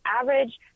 average